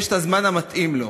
יש הזמן המתאים לו.